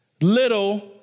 little